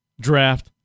Draft